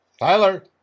Tyler